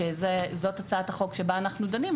זאת הצעת החוק בה אנחנו דנים,